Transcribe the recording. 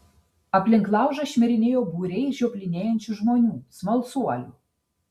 aplink laužą šmirinėjo būriai žioplinėjančių žmonių smalsuolių